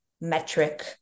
metric